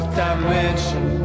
dimension